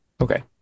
okay